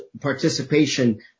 participation